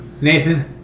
Nathan